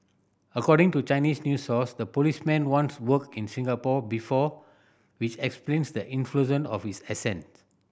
according to Chinese news source the policeman once worked in Singapore before which explains the influence of his accent